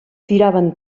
tiraven